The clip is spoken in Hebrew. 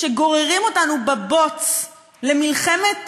שגוררים אותנו בבוץ למלחמת